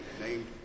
named